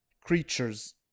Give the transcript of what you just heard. creatures